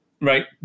right